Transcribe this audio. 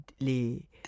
Les